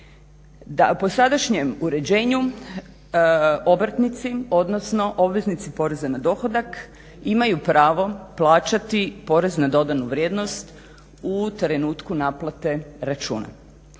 Po sadašnjem uređenju obrtnici, odnosno obveznici poreza na dohodak imaju pravo plaćati PDV u trenutku naplate računa.